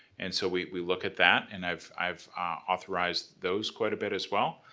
and so we look at that, and i've i've authorized those quite a bit as well.